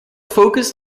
focused